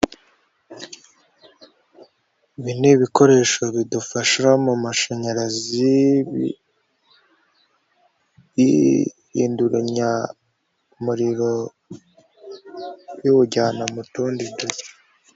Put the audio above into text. Ibi ni ibikoresho bidufasha mu mashanyarazi; ihindunyamuriro biwujyana mu tundi duce.